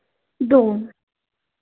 दो